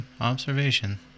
observation